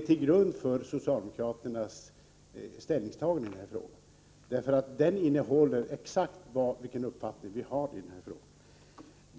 till grund för socialdemokraternas ställningstagande. Propositionen innehåller nämligen exakt vår uppfattning i frågan.